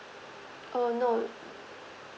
oh no